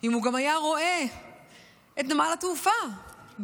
אם הוא גם היה רואה את נמל התעופה בן-גוריון